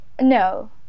no